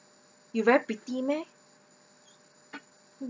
you very pretty meh